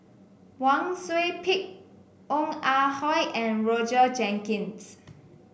Wang Sui Pick Ong Ah Hoi and Roger Jenkins